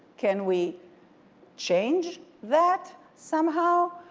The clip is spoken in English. can we change that somehow?